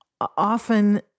often